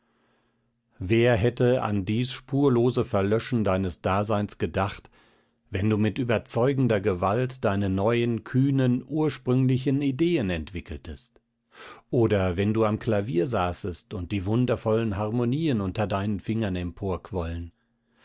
wer hätte an dies spurlose verlöschen deines daseins gedacht wenn du mit überzeugender gewalt deine neuen kühnen ursprünglichen ideen entwickeltest oder wenn du am klavier saßest und die wundervollen harmonien unter deinen fingern